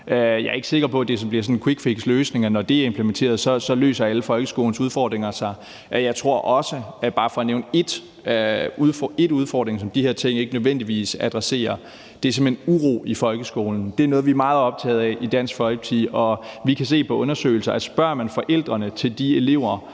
Jeg er ikke sikker på, at det bliver sådan en quickfixløsning, altså at når det er implementeret, løser det alle folkeskolens udfordringer. Jeg tror også, bare for at nævne én udfordring, som de her ting ikke nødvendigvis adresserer, at det handler om uro i folkeskolen. Det er noget, vi er meget optaget af i Dansk Folkeparti. Vi kan se på undersøgelser, at spørger man forældrene til de elever,